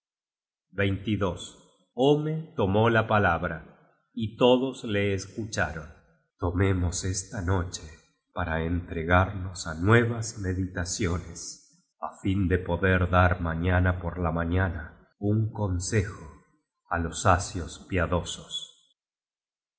jóven orne tomó la palabra y todos le escucharon tomemos esta noche para entregarnos á nuevas meditaciones á fin de poder dar mañana por la mañana un consejo á los asios piadosos